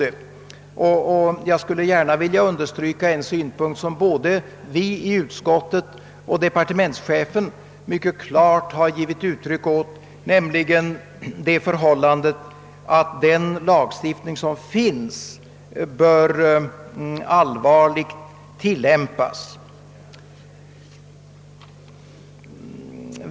Och jag skulle gärna vilja understryka en synpunkt som både vi i utskottet och departementschefen mycket klart har givit uttryck åt, nämligen att den lagstiftning som finns bör allvaårligt tillämpas.